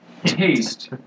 Taste